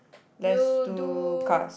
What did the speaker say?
let's do cars